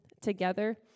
together